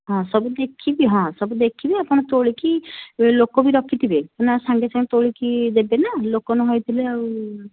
ହଁ ସବୁ ଦେଖିବି ହଁ ସବୁ ଦେଖିବି ଆପଣ ତୋଳିକି ଲୋକ ବି ରଖିଥିବେ ନା ସାଙ୍ଗେ ସାଙ୍ଗେ ତୋଳିକି ଦେବେନା ଲୋକ ନ ହେଇଥିଲେ ଆଉ